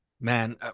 man